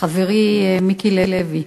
חברי מיקי לוי,